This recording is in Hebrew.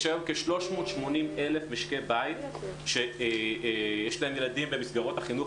יש היום כ-380,000 משקי בית שיש להם ילדים במסגרות החינוך